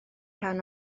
rhan